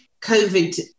COVID